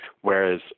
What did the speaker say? whereas